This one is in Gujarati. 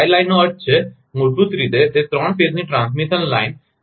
ટાઈ લાઇનનો અર્થ છે મૂળભૂત રીતે તે ત્રણ ફેઝની ટ્રાન્સમિશન લાઇન છે